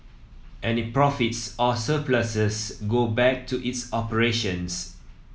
any profits or surpluses go back to its operations